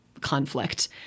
conflict